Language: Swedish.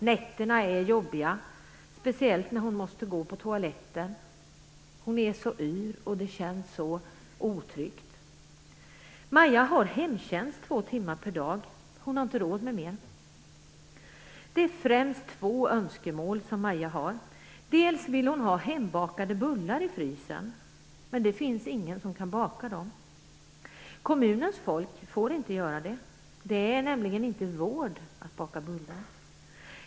Nätterna är jobbiga, speciellt när hon måste gå på toaletten. Hon är så yr, och det känns så otryggt. Maja har hemtjänst två timmar per dag. Hon har inte råd med mer. Det är främst två önskemål som Maja har. Det ena är att ha hembakade bullar i frysen, men det finns ingen som kan baka dem. Kommunens folk får inte göra det. Det är nämligen inte vård att baka bullar.